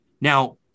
Now